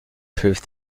prove